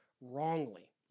wrongly